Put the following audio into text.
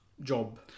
job